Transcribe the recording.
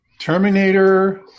Terminator